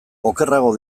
okerrago